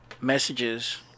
messages